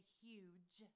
huge